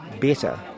better